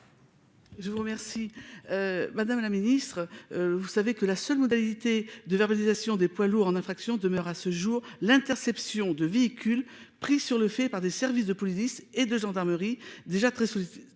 Je vous remercie. Madame la Ministre, vous savez que la seule modalité de verbalisation des poids lourds en infraction demeure à ce jour l'interception de véhicules pris sur le fait par des services de police et de gendarmerie déjà très. Très sollicités